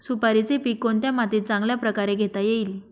सुपारीचे पीक कोणत्या मातीत चांगल्या प्रकारे घेता येईल?